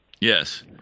yes